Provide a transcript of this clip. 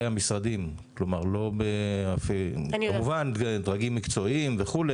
המשרדים כמובן בדרגים מקצועיים וכו',